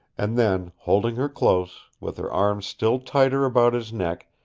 and then, holding her close, with her arms still tighter about his neck,